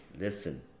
listen